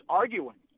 arguing